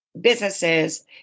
businesses